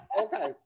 Okay